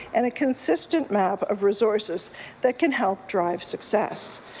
and a consistent map of resources that can help drive success.